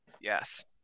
Yes